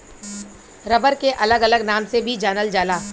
rubber के अलग अलग नाम से भी जानल जाला